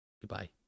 goodbye